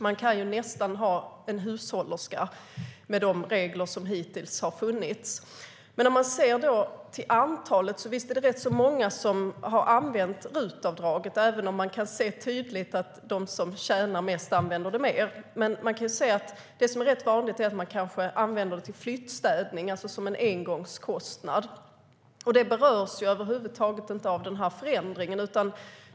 Man kan nästan ha en hushållerska med de regler som hittills har funnits. Visst är det rätt många som har använt RUT-avdraget, även om man tydligt kan se att de som tjänar mest använder det mer. Men det är rätt vanligt att man använder det till flyttstädning, alltså som en engångskostnad. Detta berörs över huvud taget inte av den här förändringen.